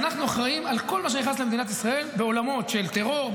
אנחנו אחראים לכל מה שנכנס למדינת ישראל בעולמות של טרור,